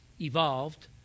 evolved